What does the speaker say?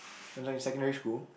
when I was in secondary school